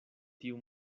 tiu